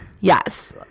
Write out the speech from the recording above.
Yes